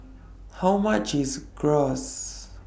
How much IS Gyros